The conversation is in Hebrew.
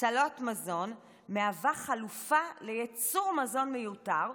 הצלת מזון מהווה חלופה לייצור מזון מיותר,